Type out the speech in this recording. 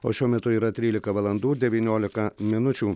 o šiuo metu yra trylika valandų ir devyniolika minučių